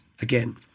again